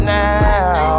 now